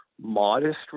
modest